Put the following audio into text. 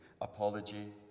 apology